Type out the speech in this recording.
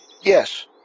Yes